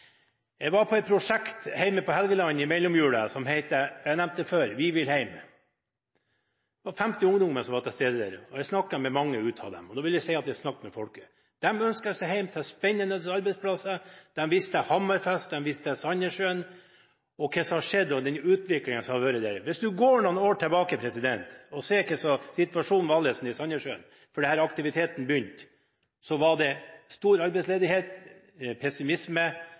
Jeg var på et prosjekt hjemme på Helgeland i mellomjulen som heter – jeg har nevnt det før – «Vi vil heim». Det var 50 ungdommer som var til stede der, og jeg snakket med mange av dem, og da vil jeg si at jeg snakker med folket. De ønsker seg hjem til spennende arbeidsplasser. De viser til Hammerfest, de viser til Sandnessjøen, til hva som har skjedd, og til den utviklingen som har vært der. Hvis du går noen år tilbake og ser hvor annerledes situasjonen var i Sandnessjøen – for det var der aktiviteten begynte – da var det stor arbeidsledighet og pessimisme,